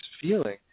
feeling